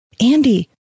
Andy